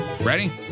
Ready